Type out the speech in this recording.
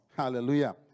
Hallelujah